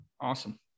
Awesome